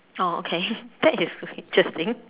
oh okay that is interesting